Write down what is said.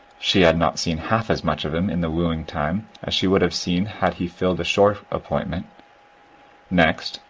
she had not seen half as much of him in the wooing-time as she would have seen had he filled a shore appointment next,